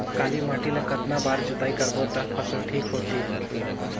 काली माटी ला कतना बार जुताई करबो ता फसल ठीक होती?